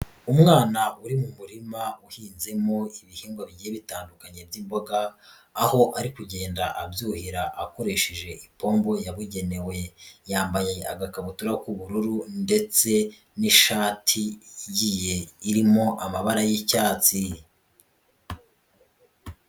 Umwana uri mu murima uhinzemo ibihingwa bigiye bitandukanye by'imboga, aho ari kugenda abyuhira akoresheje ipombo yabugenewe, yambaye agakabutura k'ubururu ndetse n'ishati igiye irimo amabara y'icyatsi.